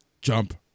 jump